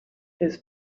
his